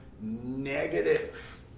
Negative